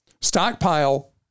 Stockpile